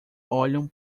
olham